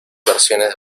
versiones